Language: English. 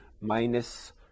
minus